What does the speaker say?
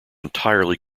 entirely